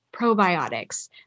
probiotics